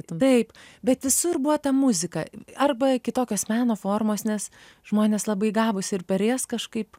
taip bet visur buvo ta muzika arba kitokios meno formos nes žmonės labai gabūs ir per jas kažkaip